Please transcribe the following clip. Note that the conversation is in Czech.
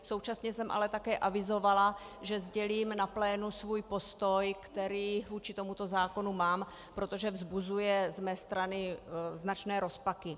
Současně jsem ale také avizovala, že sdělím na plénu svůj postoj, který vůči tomuto zákonu mám, protože vzbuzuje z mé strany značné rozpaky.